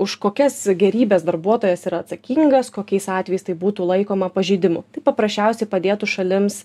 už kokias gėrybes darbuotojas yra atsakingas kokiais atvejais tai būtų laikoma pažeidimu tai paprasčiausiai padėtų šalims